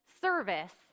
service